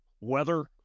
weather